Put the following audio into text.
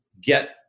get